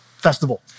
festival